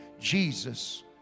Jesus